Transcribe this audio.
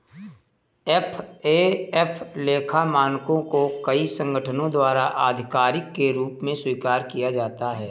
FAF लेखा मानकों को कई संगठनों द्वारा आधिकारिक के रूप में स्वीकार किया जाता है